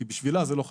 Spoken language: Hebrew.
כי בשבילה זה לא חשוב.